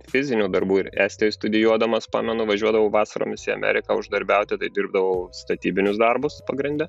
fizinių darbų ir estijoj studijuodamas pamenu važiuodavau vasaromis į ameriką uždarbiauti tai dirbdavau statybinius darbus pagrinde